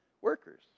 workers